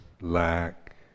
lack